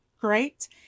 great